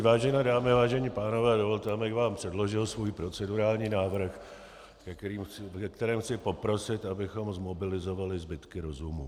Vážené dámy, vážení pánové, dovolte, abych vám předložil svůj procedurální návrh, ve kterém chci poprosit, abychom zmobilizovali zbytky rozumu.